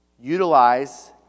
utilize